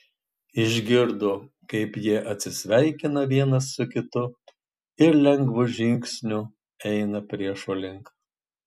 išgirdo kaip jie atsisveikina vienas su kitu ir lengvu žingsniu eina priešo link